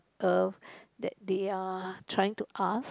err that they are trying to ask